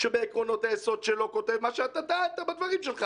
שבעקרונות היסוד שלו כתוב מה שאתה טענת בדברים שלך